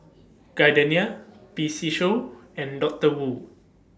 Gardenia P C Show and Doctor Wu